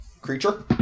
creature